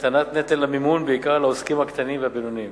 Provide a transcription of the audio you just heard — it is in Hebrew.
הקטנת נטל המימון בעיקר על העוסקים הקטנים והבינוניים,